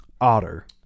Otter